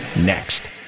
next